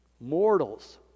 Mortals